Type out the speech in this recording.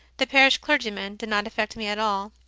the parish clergyman did not affect me at all.